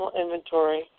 inventory